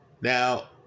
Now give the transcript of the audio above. Now